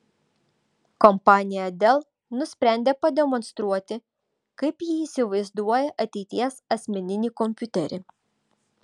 kompanija dell nusprendė pademonstruoti kaip ji įsivaizduoja ateities asmeninį kompiuterį